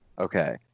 okay